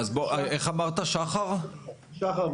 נעבור לשחר ניצן,